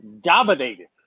dominated